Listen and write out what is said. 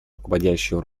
руководящую